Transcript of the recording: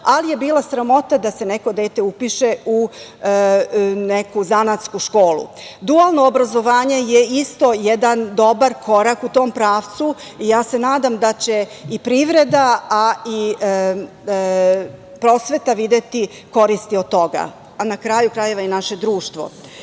ali je bila sramota da se neko dete upiše u neku zanatsku školu. Dualno obrazovanje je isto jedan dobar korak u tom pravcu. Nadam se da će i privreda, i prosveta, videti koristi od toga, a na kraju krajeva, i naše društvo. Što